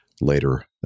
later